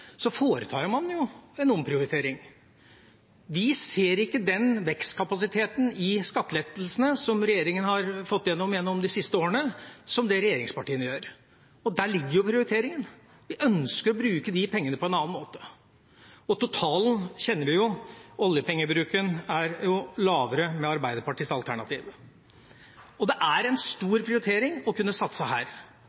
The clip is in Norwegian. så foretar man jo en omprioritering. Vi ser ikke den vekstkapasiteten i skattelettelsene som regjeringen har fått gjennom de siste årene, som det regjeringspartiene gjør, og der ligger jo prioriteringen. Vi ønsker å bruke de pengene på en annen måte. Totalen kjenner vi: Oljepengebruken er lavere med Arbeiderpartiets alternativ. Det er en stor prioritering å kunne satse her,